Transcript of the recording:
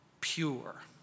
pure